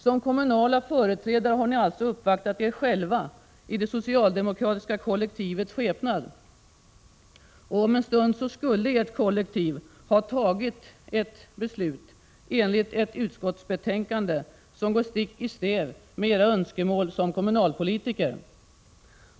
Som kommunala företrädare har ni alltså uppvaktat er själva i det socialdemokratiska kollektivets skepnad. Om en stund skulle ert kollektiv ha fattat ett beslut enligt ett utskottsbetänkande som går stick i stäv emot de önskemål som ni har som kommunalpolitiker.